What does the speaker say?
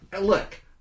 look